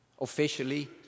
officially